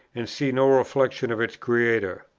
and see no reflexion of its creator.